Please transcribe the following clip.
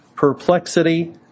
Perplexity